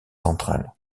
centrale